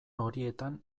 horietan